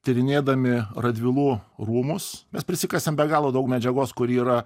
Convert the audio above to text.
tyrinėdami radvilų rūmus mes prisikasėm be galo daug medžiagos kuri yra